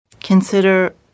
Consider